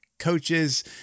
coaches